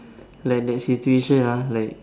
like in the situation ah like